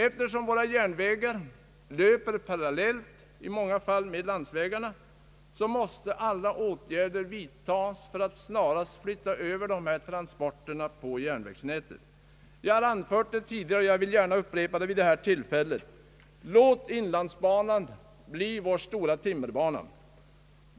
Eftersom våra järnvägar på många håll löper parallellt med landsvägarna, måste alla åtgärder vidtagas för att snarast flytta över timmertransporterna till järnvägsnätet. Jag har anfört det tidigare, och jag vill gärna upprepa det vid detta tillfälle: Låt inlandsbanan bli vår stora »timmerbana»!